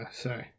sorry